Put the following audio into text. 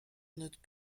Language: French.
notre